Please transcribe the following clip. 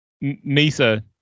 Nisa